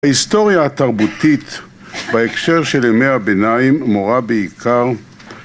ההיסטוריה התרבותית בהקשר של ימי הביניים מורה בעיקר